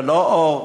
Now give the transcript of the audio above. ללא אור,